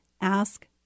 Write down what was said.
Ask